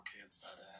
kids